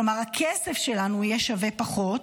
כלומר הכסף שלנו יהיה שווה פחות,